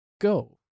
go